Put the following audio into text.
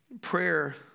Prayer